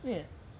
wait